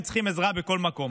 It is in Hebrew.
הם צריכים עזרה בכל מקום.